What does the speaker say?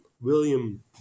William